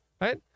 right